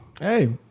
Hey